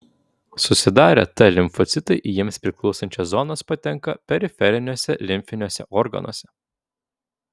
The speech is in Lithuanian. susidarę t limfocitai į jiems priklausančias zonas patenka periferiniuose limfiniuose organuose